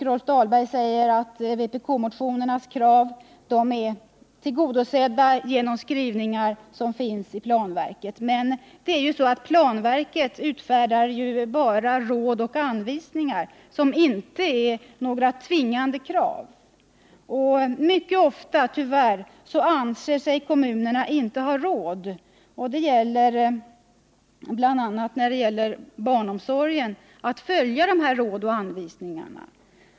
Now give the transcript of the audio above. Rolf Dahlberg sade att vpk-motionernas krav är tillgodosedda genom skrivningar av planverket. Men planverket utfärdar bara råd och anvisningar, inte några tvingande krav. Mycket ofta anser sig kommunerna inte ha råd — det gäller bl.a. barnomsorgen — att följa dessa råd och anvisningar.